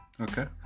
Okay